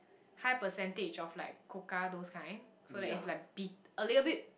high percentage of like cocoa those kind so that it's like bit~ a little bit